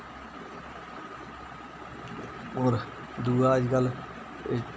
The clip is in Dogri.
और दुआ अजकल्ल एह्